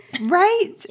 Right